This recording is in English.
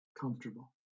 comfortable